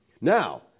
Now